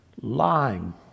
lying